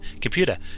Computer